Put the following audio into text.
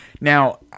Now